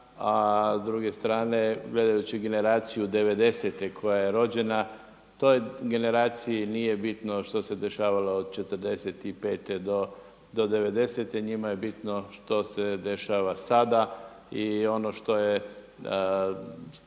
a s druge strane gledajući generaciju devedesete koja je rođena toj generaciji nije bitno što se dešavalo od '45. do '90. Njima je bitno što se dešava sada. I ono što nije